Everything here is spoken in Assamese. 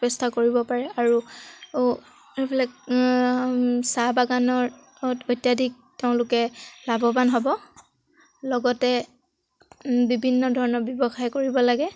ব্যৱস্থা কৰিব পাৰে আৰু এইবিলাক চাহ বাগানত অত্যাধিক তেওঁলোকে লাভৱান হ'ব লগতে বিভিন্ন ধৰণৰ ব্যৱসায় কৰিব লাগে